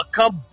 Come